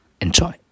Enjoy